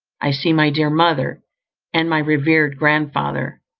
i see my dear mother and my revered grand-father.